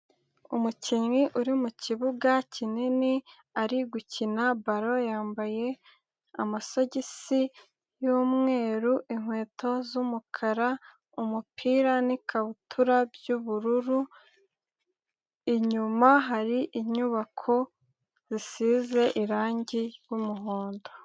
Umukinnyi uri mu kibuga kinini ari gukina balo yambaye amasogisi y'umweru inkweto z'umukara, umupira n'ikabutura by'ubururu, inyuma hari inyubako zisize irangi ry'umuhondo.